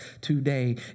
today